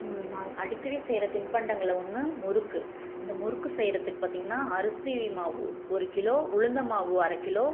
நான் அடிக்கடி செய்கிற தின்பண்டங்களில் ஒன்று முறுக்கு அந்த முறுக்கு செய்கிறதுக்கு பார்த்திங்கன்னா அரிசிமாவு ஒரு கிலோ உளுந்தமாவு அரை கிலோ